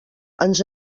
ens